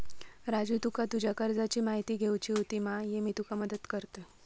राजू तुका तुज्या कर्जाची म्हायती घेवची होती मा, ये मी तुका मदत करतय